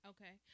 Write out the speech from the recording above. Okay